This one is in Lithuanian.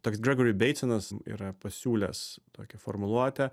toks gregori beitsonas yra pasiūlęs tokią formuluotę